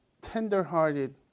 tender-hearted